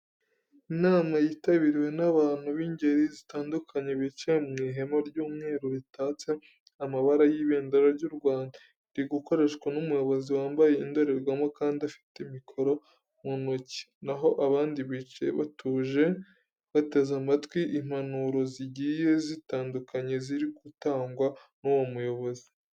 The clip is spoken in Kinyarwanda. Inama yitabiriwe n'abantu b'ingeri zitandukanye bicaye mu ihema ry'umweru, ritatse n'amabara y'ibendera ry'u Rwanda. Iri gukoreshwa n'umuyobozi wambaye indorerwamo kandi afite mikoro mu ntoki, na ho abandi bicaye batuje bateze amatwi impanuro zigiye zitandukanye ziri gutangwa n'uwo muyobozi.